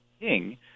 king